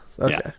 Okay